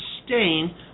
sustain